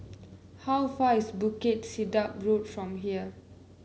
how far is Bukit Sedap Road from here